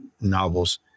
novels